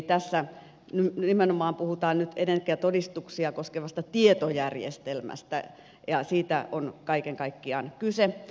tässä nimenomaan puhutaan nyt energiatodistuksia koskevasta tietojärjestelmästä ja siitä on kaiken kaikkiaan kyse